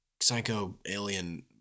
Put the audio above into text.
psycho-alien